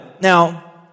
Now